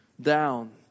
down